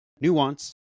nuance